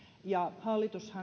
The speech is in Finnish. hallitushan